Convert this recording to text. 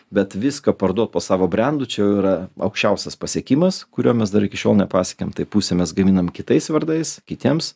bet viską parduot po savo brendu čia jau yra aukščiausias pasiekimas kurio mes dar iki šiol nepasiekėm tai pusę mes gaminam kitais vardais kitiems